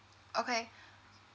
okay